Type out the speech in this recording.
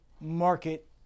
market